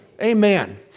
Amen